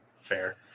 Fair